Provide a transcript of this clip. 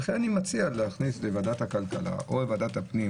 לכן אני מציע להעביר לוועדת הכלכלה או לוועדת הפנים